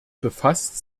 befasst